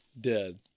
Dead